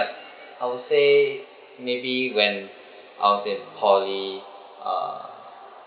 I would say maybe when I was in poly uh